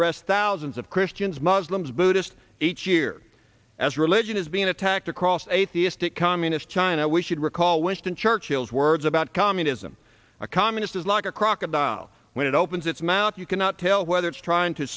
arrests thousands of christians muslims buddhist each year as religion is being attacked across a thing to communist china we should recall winston churchill's words about communism a communist is like a crocodile when it opens its mouth you cannot tell whether it's trying to